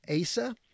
Asa